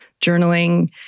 journaling